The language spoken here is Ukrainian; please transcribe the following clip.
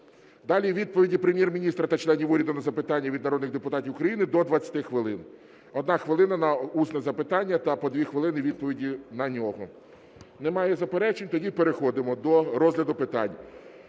Далі відповіді Прем'єр-міністра та членів уряду на запитання від народних депутатів України – до 20 хвилин (1 хвилина – на усне запитання та по 2 хвилини – відповіді на нього). Немає заперечень. Тоді переходимо до розгляду питань.